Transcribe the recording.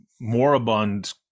moribund